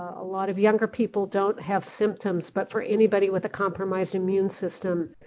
a lot of younger people don't have symptoms, but for anybody with a compromised immune system,